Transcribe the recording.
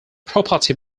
property